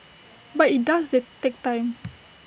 but IT does take time